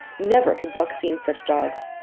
never had buck seen such dogs.